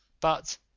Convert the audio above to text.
But